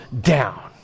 down